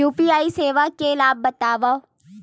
UPI सेवाएं के लाभ बतावव?